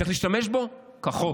צריך להשתמש בו כחוק.